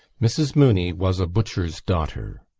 mrs. mooney was a butcher's daughter.